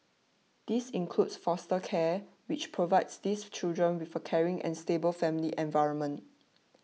this includes foster care which provides these children with a caring and stable family environment